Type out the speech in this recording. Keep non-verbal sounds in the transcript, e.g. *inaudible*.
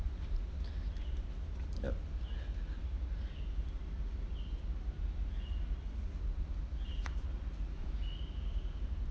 *breath* yup *breath*